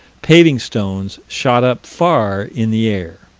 paving stones shot up far in the air.